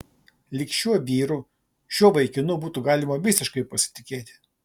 lyg šiuo vyru šiuo vaikinu būtų galima visiškai pasitikėti